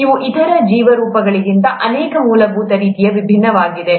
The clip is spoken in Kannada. ಅವು ಇತರ ಜೀವ ರೂಪಗಳಿಗಿಂತ ಅನೇಕ ಮೂಲಭೂತ ರೀತಿಯಲ್ಲಿ ಭಿನ್ನವಾಗಿವೆ